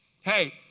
Hey